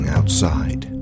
Outside